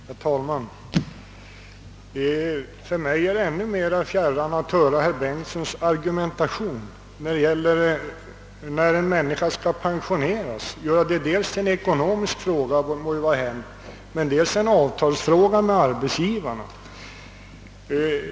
Herr talman! För mig är det ännu mera fjärran att höra herr Bengtssons i Varberg argumentation om när en människa skall pensioneras. Att göra det till en ekonomisk fråga, det må vara hänt, men det är värre att göra det till en avtalsfråga med arbetsgivaren.